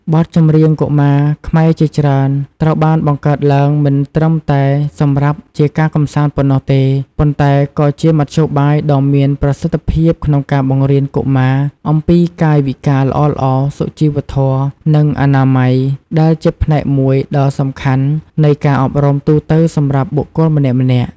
បទចម្រៀងកុមារខ្មែរជាច្រើនត្រូវបានបង្កើតឡើងមិនត្រឹមតែសម្រាប់ជាការកម្សាន្តប៉ុណ្ណោះទេ ប៉ុន្តែក៏ជាមធ្យោបាយដ៏មានប្រសិទ្ធភាពក្នុងការបង្រៀនកុមារអំពី កាយវិការល្អៗ (សុជីវធម៌) និង អនាម័យ ដែលជាផ្នែកមួយដ៏សំខាន់នៃការអប់រំទូទៅសម្រាប់បុគ្គលម្នាក់ៗ។